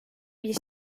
bir